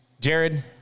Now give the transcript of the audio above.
Jared